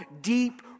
deep